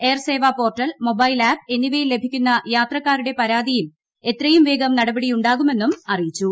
air Sewa portal mobile app എന്നിവയിൽ ലഭിക്കുന്ന യാത്രക്കാരുടെ പരാതിയിൽ എത്രയുട്ടവേഗം നടപടിയുണ്ടാകുമെന്നും അറിയിച്ചു